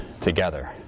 together